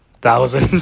Thousands